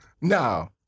Now